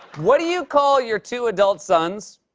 what do you call your two adult sons?